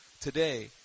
today